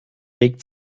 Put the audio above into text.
regt